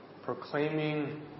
proclaiming